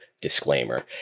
disclaimer